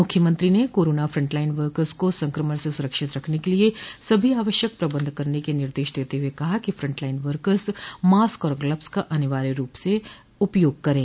मुख्यमंत्री ने corona front line workers को संक्रमण से सुरक्षित रखने के लिये सभी आवश्यक प्रबंध करने के निर्देश देते हुए कहा कि फ्रंड लाइन वर्कस मास्क और ग्लब्स का अनिवार्य रूप से उपयोग करे